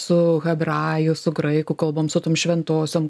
su hebrajų su graikų kalbom su tom šventosiom